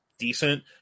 Decent